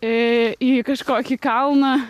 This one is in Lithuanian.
į kažkokį kalną